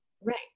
Right